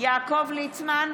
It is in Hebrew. יעקב ליצמן,